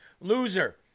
loser